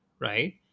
right